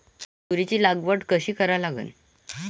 तुरीची लागवड कशी करा लागन?